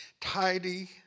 Tidy